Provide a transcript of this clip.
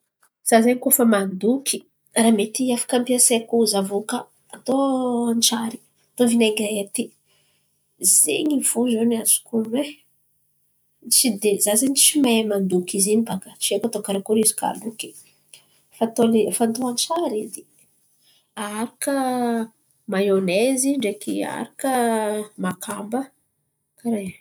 Za zen̈y koa fa mandoky raha mety afaka ampiasaiko zavoka atô antsiary, atô vinaigirety zen̈y fo no azoko onon̈o e. Tsy de za zen̈y tsy de mahay mandoky izy in̈y baka aharaka maonaizy ndraiky aharaka makamba karà in̈y.